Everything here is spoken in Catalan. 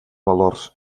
valors